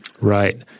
Right